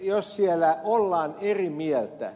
jos siellä ollaan eri mieltä